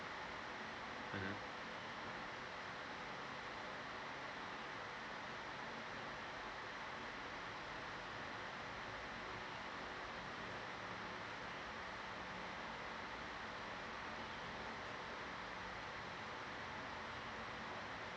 mmhmm